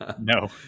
no